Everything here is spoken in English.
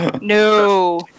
no